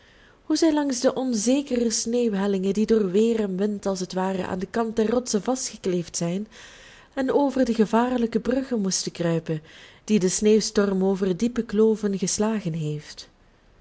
hoe zij langs de onzekere sneeuwhellingen die door weer en wind als het ware aan den kant der rotsen vastgekleefd zijn en over de gevaarlijke bruggen moesten kruipen die de sneeuwstorm over diepe kloven geslagen heeft